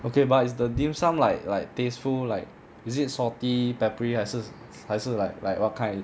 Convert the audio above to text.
okay but it's the dim sum like like tasteful like is it salty peppery 还是还是 like like what kind